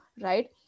right